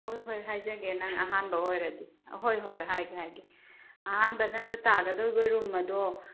ꯍꯣꯏ ꯍꯣꯏ ꯍꯥꯏꯖꯒꯦ ꯅꯪ ꯑꯍꯥꯟꯕ ꯑꯣꯏꯔꯗꯤ ꯑꯍꯣꯏ ꯍꯣꯏ ꯍꯥꯏꯒꯦ ꯍꯥꯏꯒꯦ ꯑꯍꯥꯟꯕ ꯅꯪꯅ ꯇꯥꯒꯗꯧꯕ ꯔꯨꯝ ꯑꯗꯣ